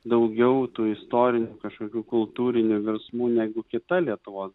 daugiau tų istorinių kažkokių kultūrinių virsmų negu kita lietuvos